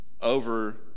over